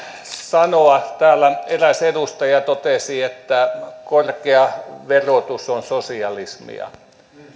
sanoa täällä eräs edustaja totesi että korkea verotus on sosialismia